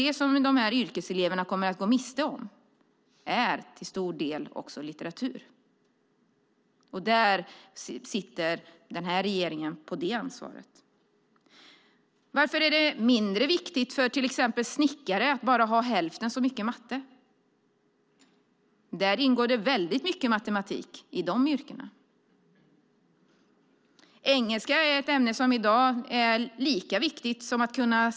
Det som yrkeseleverna kommer att gå miste om är till stor del litteratur. Det är ett ansvar som den här regeringen sitter på. Varför är det mindre viktigt för till exempel snickare med matematik? De har bara hälften så mycket matte i sin utbildning, trots att det i ett sådant yrke ingår väldigt mycket matematik. Engelska är ett ämne som i dag är lika viktigt som svenska.